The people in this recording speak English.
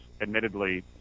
admittedly